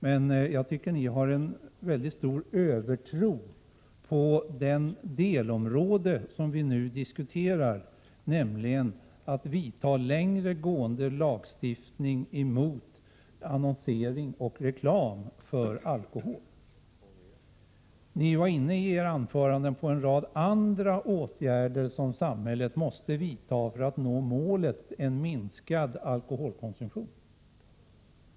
Men jag tycker att ni har en mycket stor övertro på det delområde som vi nu diskuterar, en längre gående lagstiftning emot annonsering och reklam för alkohol. Ni var i era anföranden inne på en rad andra åtgärder som samhället måste vidta för att nå målet en minskad alkoholkonsumtion.